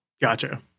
Gotcha